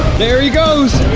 there he goes.